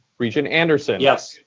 regent anderson? yes.